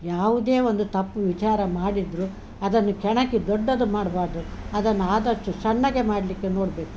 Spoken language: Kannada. ಯಾವುದೇ ಒಂದು ತಪ್ಪು ವಿಚಾರ ಮಾಡಿದರೂ ಅದನ್ನು ಕೆಣಕಿ ದೊಡ್ಡದು ಮಾಡಬಾರ್ದು ಅದನ್ನು ಆದಷ್ಟು ಸಣ್ಣಗೆ ಮಾಡಲಿಕ್ಕೆ ನೋಡಬೇಕು